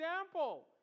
example